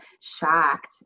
shocked